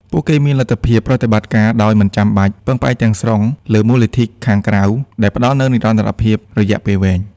ពួកគេមានលទ្ធភាពប្រតិបត្តិការដោយមិនចាំបាច់ពឹងផ្អែកទាំងស្រុងលើមូលនិធិខាងក្រៅ ដែលផ្តល់នូវនិរន្តរភាពរយៈពេលវែង។